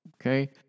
Okay